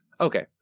Okay